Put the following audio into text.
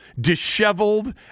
disheveled